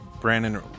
Brandon